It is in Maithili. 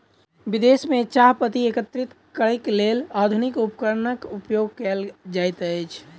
विदेश में चाह पत्ती एकत्रित करैक लेल आधुनिक उपकरणक उपयोग कयल जाइत अछि